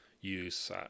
use